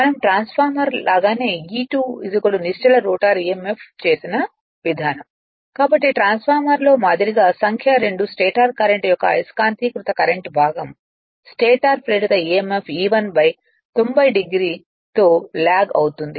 మనం ట్రాన్స్ఫార్మర్ లాగానే E2 నిశ్చల రోటర్ emf చేసిన విధానం కాబట్టి ట్రాన్స్ఫార్మర్లో మాదిరిగా సంఖ్య 2 స్టేటర్ కరెంట్ యొక్క అయస్కాంతీకృత కరెంట్ భాగం స్టేటర్ ప్రేరిత emf E1 90o డిగ్రీ తో లాగ్ అవుతుంది